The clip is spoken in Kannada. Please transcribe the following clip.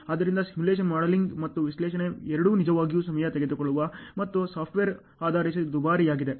ಆದ್ದರಿಂದ ಸಿಮ್ಯುಲೇಶನ್ ಮಾಡೆಲಿಂಗ್ ಮತ್ತು ವಿಶ್ಲೇಷಣೆ ಎರಡೂ ನಿಜವಾಗಿಯೂ ಸಮಯ ತೆಗೆದುಕೊಳ್ಳುವ ಮತ್ತು ಸಾಫ್ಟ್ವೇರ್ ಆಧರಿಸಿ ದುಬಾರಿಯಾಗಿದೆ